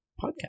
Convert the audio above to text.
podcast